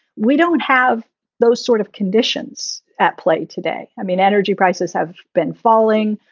we don't have those sort of conditions at play today. i mean, energy prices have been falling.